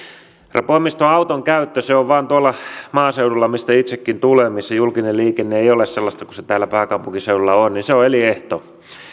herra puhemies auton käyttö vain on elinehto maaseudulla mistä itsekin tulen ja missä julkinen liikenne ei ole sellaista kuin se täällä pääkaupunkiseudulla on